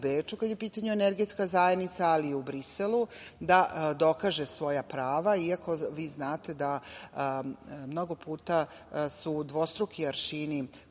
u Beču kada je u pitanju Energetska zajednica, ali i u Briselu da dokaže svoja prava, iako vi znate da mnogo puta su dvostruki aršini